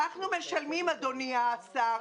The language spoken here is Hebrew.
אדוני השר,